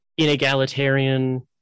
inegalitarian